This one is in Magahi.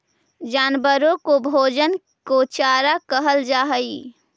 जानवरों के भोजन को चारा कहल जा हई